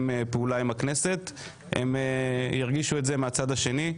פעולה עם הכנסת ירגישו את זה מהצד השני,